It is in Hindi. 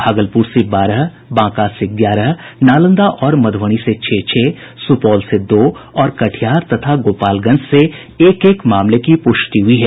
भागलपुर से बारह बांका से ग्यारह नालंदा और मधुबनी से छह छह सुपौल से दो और कटिहार तथा गोपालगंज से एक एक मामले की प्रष्टि हुई है